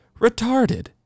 retarded